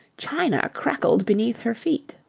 china crackled beneath her feet.